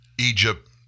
Egypt